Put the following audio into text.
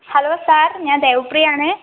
hello sir ഞാൻ ദേവപ്രിയ ആണ്